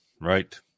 Right